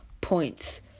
points